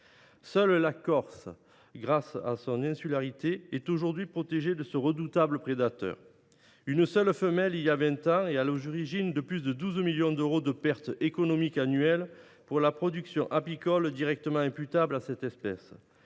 Seule la Corse, grâce à son insularité, est aujourd’hui protégée de ce redoutable prédateur. Une seule femelle, arrivée il y a vingt ans, est à l’origine de plus de 12 millions d’euros de pertes économiques annuelles pour la production apicole, directement imputables à cette espèce.